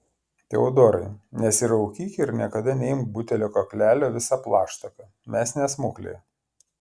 teodorai nesiraukyk ir niekada neimk butelio kaklelio visa plaštaka mes ne smuklėje